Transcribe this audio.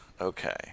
Okay